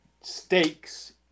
stakes